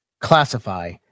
Classify